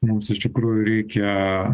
mums iš tikrųjų reikia